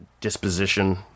disposition